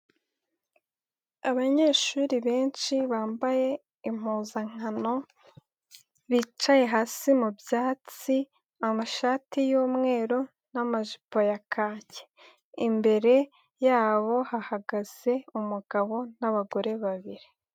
Abanyeshuri benshi bambaye impuzankano bicaye hasi mu byatsi amashati yumweru n'amajipo ya kaki, imbere yabo hahagaze umugabo n'abagore babiri.